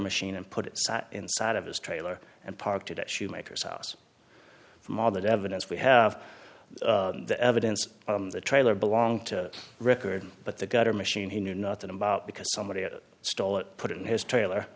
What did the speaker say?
machine and put it inside of his trailer and parked it at shoemaker's house moderate evidence we have the evidence the trailer belong to record but the gutter machine he knew nothing about because somebody stole it put it in his trailer